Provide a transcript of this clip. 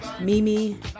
Mimi